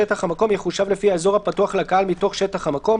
"שטח המקום" יחושב לפי האזור הפתוח לקהל מתוך שטח המקום,